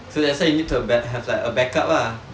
so let's say you need to have like a backup lah